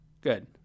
Good